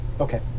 Okay